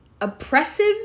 oppressive